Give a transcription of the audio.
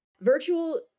Virtual